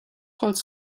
holz